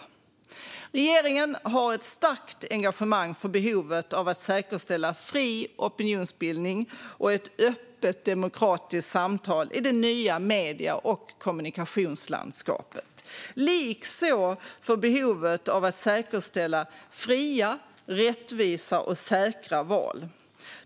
Regeringen har ett starkt engagemang för behovet av att säkerställa fri opinionsbildning och ett öppet demokratiskt samtal i det nya medie och kommunikationslandskapet, likaså för behovet av att säkerställa fria, rättvisa och säkra val.